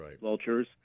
vultures